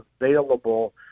available